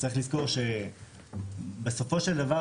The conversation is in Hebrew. צריך לזכור שבסופו של דבר,